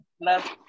love